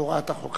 הוראת החוק.